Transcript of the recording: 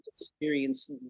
experience